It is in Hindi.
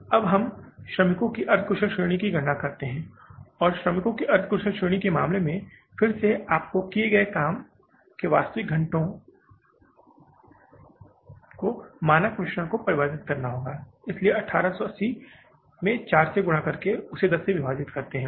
अब हम श्रमिकों की अर्ध कुशल श्रेणी की गणना करते हैं और श्रमिकों की अर्ध कुशल श्रेणी के मामले में फिर से आपको काम किए गए वास्तविक घंटों के मानक मिश्रण को परिवर्तित करना होगा इसलिए 1880 में 4 से गुना करके उससे 10 से विभाजित करते है